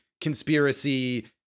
conspiracy